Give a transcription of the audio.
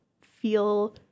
feel